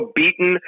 beaten